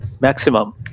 maximum